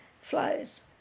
flows